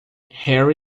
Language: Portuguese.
harry